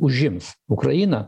užims ukrainą